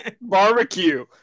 barbecue